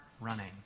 running